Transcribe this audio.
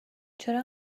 چرا